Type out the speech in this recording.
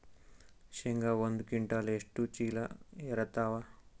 ಶೇಂಗಾ ಒಂದ ಕ್ವಿಂಟಾಲ್ ಎಷ್ಟ ಚೀಲ ಎರತ್ತಾವಾ?